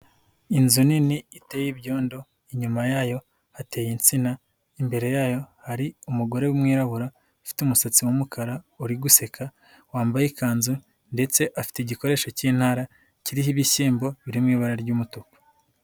Inzu nini iteye ibyondo, inyuma yayo hateye insina, imbere yayo hari umugore w'umwirabura ufite umusatsi w'umukara uri guseka, wambaye ikanzu ndetse afite igikoresho cy'intara, kiriho ibishyimbo biri mu ibara ry'umutuku.